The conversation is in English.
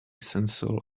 sensual